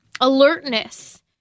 Alertness